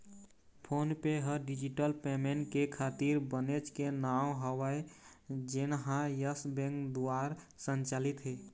phone पे ह digital payment के खातिर बनेच के नांव हवय जेनहा यस बेंक दुवार संचालित हे